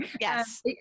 Yes